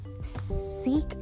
seek